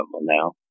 now